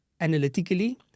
analytically